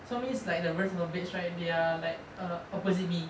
so means like the rest of the beds right they are like err opposite me